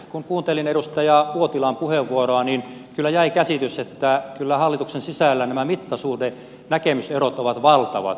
kun kuuntelin edustaja uotilan puheenvuoroa niin kyllä jäi käsitys että hallituksen sisällä nämä mittasuhdenäkemyserot ovat valtavat